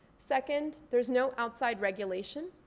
second, there's no outside regulation.